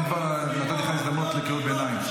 אם כבר נתתי לך הזדמנות לקריאות ביניים.